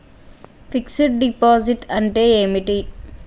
Fix డ్ deposit అంటే ఏమిటి?